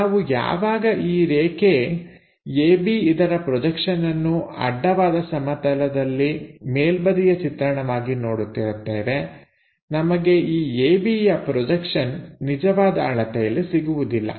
ನಾವು ಯಾವಾಗ ಈ ರೇಖೆ AB ಇದರ ಪ್ರೊಜೆಕ್ಷನ್ಅನ್ನು ಅಡ್ಡವಾದ ಸಮತಲದಲ್ಲಿ ಮೇಲ್ಬದಿಯ ಚಿತ್ರಣವಾಗಿ ನೋಡುತ್ತಿರುತ್ತೇವೆ ನಮಗೆ ಈ ABಯ ಪ್ರೊಜೆಕ್ಷನ್ ನಿಜವಾದ ಅಳತೆಯಲ್ಲಿ ಸಿಗುವುದಿಲ್ಲ